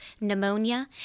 pneumonia